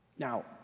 Now